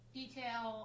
detail